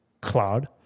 cloud